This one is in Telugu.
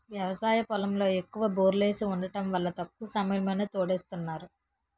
వ్యవసాయ పొలంలో ఎక్కువ బోర్లేసి వుండటం వల్ల తక్కువ సమయంలోనే తోడేస్తున్నారు